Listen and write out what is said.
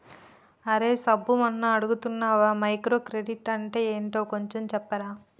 రేయ్ సబ్బు మొన్న అడుగుతున్నానా మైక్రో క్రెడిట్ అంటే ఏంటో కొంచెం చెప్పరా